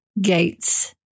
gates